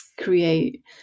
create